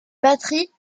batteries